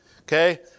okay